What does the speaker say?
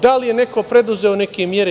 Da li je neko preduzeo neke mere?